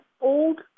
old